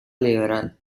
liberal